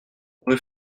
rue